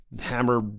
hammer